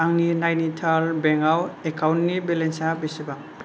आंनि नाइनिटाल बेंक आव एकाउन्टनि बेलेन्सा बेसेबां